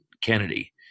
Kennedy